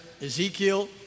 Ezekiel